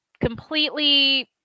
completely